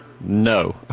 No